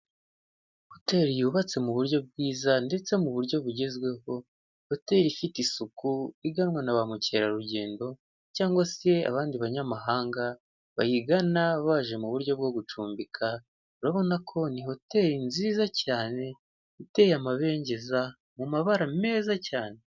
Hotel yubatse mu buryo bwiza ndetse mu buryo bugezweho, hotel ifite isuku iganwa na ba mukerarugendo, cyangwa se abandi banyamahanga bayigana baje mu buryo bwo gucumbika. Urabona ko ni hotel nziza cyane iteye amabengeza mu mabara meza cyane.